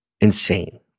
Insane